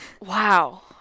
Wow